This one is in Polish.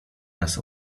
nas